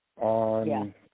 on